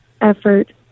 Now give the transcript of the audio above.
effort